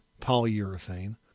polyurethane